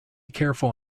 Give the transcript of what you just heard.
careful